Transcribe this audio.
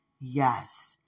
Yes